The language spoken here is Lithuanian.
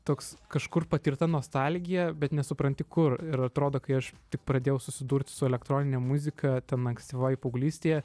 toks kažkur patirta nostalgija bet nesupranti kur ir atrodo kai aš tik pradėjau susidurti su elektronine muzika ten ankstyvoj paauglystėje